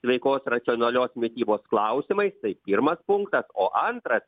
sveikos racionalios mitybos klausimais tai pirmas punktas o antras